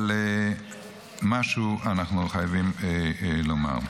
אבל משהו אנחנו חייבים לומר: